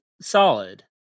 solid